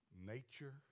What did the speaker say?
nature